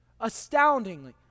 Astoundingly